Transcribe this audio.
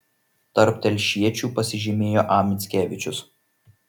tarp telšiečių pasižymėjo a mickevičius